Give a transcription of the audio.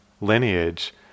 lineage